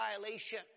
violation